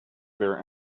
their